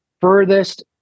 furthest